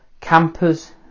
campers